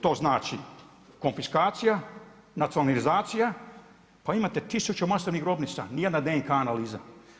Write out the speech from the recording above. To znači konfiskacija, nacionalizacija, pa imate 1000 masovnih grobnica, ni jedna DNK analiza.